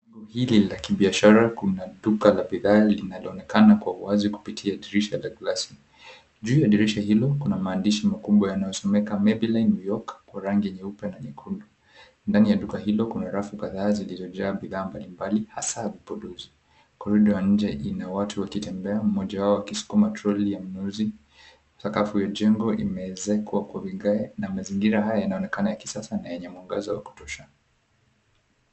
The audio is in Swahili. Jengo hili la kibiashara kuna duka la bidhaa linaloonekana kwa wazi kupitia dirisha la gilasi. Juu ya dirisha hilo kuna maandishi makubwa yanayosomeka, MAYBELLINE NEWYORK kwa rangi nyeupe na nyekundu. Ndani ya duka hilo kuna rafu kadhaa zilizojaa bidhaa mbalimbali hasa vipondozi. Korido ya inje ina watu wakitembea mmoja wao akisukuma troli ya mnunuzi. Sakafu ya jengo imeezekwa kwa vigae na mazingira haya yanaonekana ya kisasa na yenye mwangaza wa kutosha.